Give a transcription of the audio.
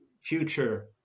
future